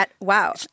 Wow